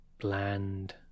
bland